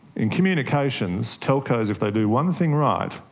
in communications, telcos, if they do one thing right,